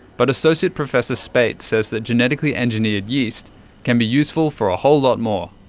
but associate professor speight says that genetically engineered yeast can be useful for a whole lot more.